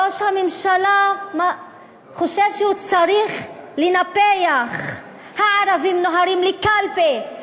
ראש הממשלה חושב שהוא צריך לנפח: הערבים נוהרים לקלפי,